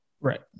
right